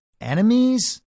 enemies